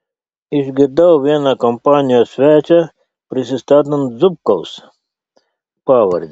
išgirdau vieną kompanijos svečią prisistatant zubkaus pavarde